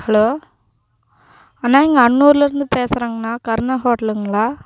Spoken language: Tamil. ஹலோ அண்ணா இங்கே அன்னூர்லிருந்து பேசுறங்கண்ணா கருணா ஹோட்டலுங்களா